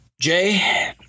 Jay